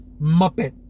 muppet